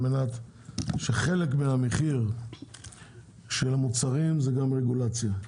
משום שחלק מהמחיר של המוצרים הוא בגלל רגולציה.